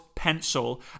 Pencil